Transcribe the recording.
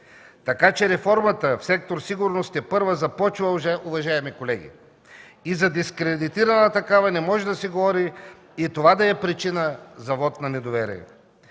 Реформата в сектор „Сигурност” тепърва започва, уважаеми колеги, и за дискредитирана такава не може да се говори и това да е причина за вот на недоверие.